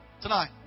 tonight